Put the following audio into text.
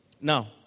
Now